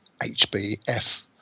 hbf